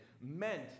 meant